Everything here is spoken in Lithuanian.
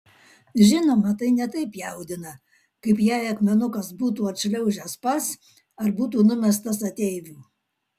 žinoma tai ne taip jaudina kaip jei akmenukas būtų atšliaužęs pats ar būtų nemestas ateivių